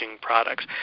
products